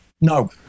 No